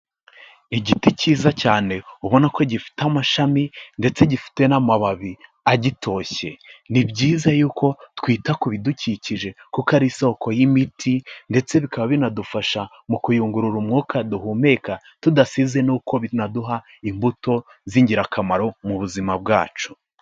Igiti cyiza cyane ubona ko gifite amashami ndetse gifite n'amababi agitoshye. Ni byiza yuko twita ku bidukikije kuko ari isoko y'imiti ndetse bikaba binadufasha mu kuyungurura umwuka duhumeka, tudasize n'uko binaduha imbuto z'ingirakamaro mu buzima bwacu.